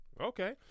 Okay